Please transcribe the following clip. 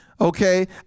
Okay